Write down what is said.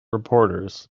reporters